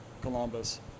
columbus